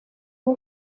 ubu